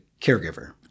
caregiver